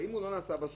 אם הוא לא נסע בסוף,